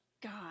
God